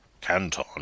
Canton